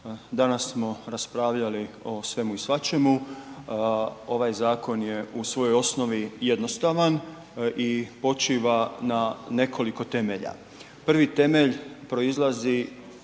Danas smo raspravljali o svemu i svačemu, ovaj zakon u svojoj osnovi jednostavan i počiva na nekoliko temelja. Prvi temelj proizlazi